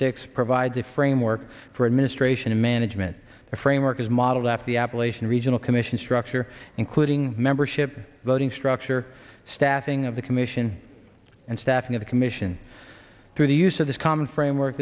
six provides a framework for administration and management framework is modeled after the appalachian regional commission structure including membership voting structure staffing of the commission and staffing of the commission through the use of this common framework